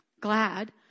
glad